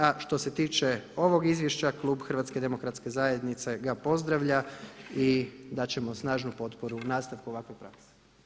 A što se tiče ovog izvješća klub HDZ-a ga pozdravlja i dat ćemo snažnu potporu nastavku ovakve prakse.